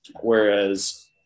Whereas